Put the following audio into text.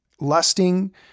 lusting